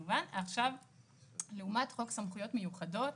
לעומת חוק סמכויות מיוחדות,